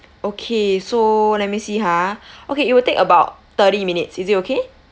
okay so let me see ha okay it will take about thirty minutes is it okay